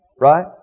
Right